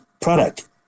product